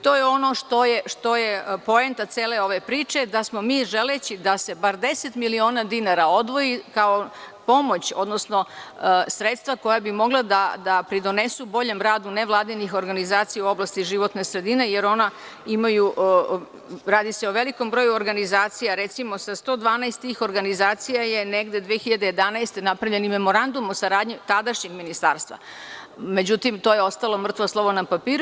To je ono što je poenta cele ove priče, da smo mi, želeći da se bar 10 miliona dinara odvoji kao pomoć odnosno sredstva koja bi mogla da pridonesu boljem radu nevladinih organizacija u oblasti životne sredine, jer se radi o velikom broju organizacija, recimo, sa 112 tih organizacija je negde 2011. godine napravljen i memorandum o saradnji tadašnjeg ministarstva, međutim, to je ostalo mrtvo slovo na papiru.